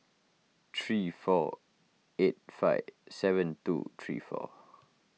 three four eight five seven two three four